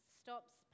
stops